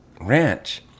ranch